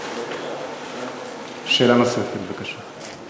שאלה נוספת, בבקשה.